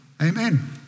Amen